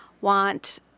want